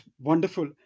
wonderful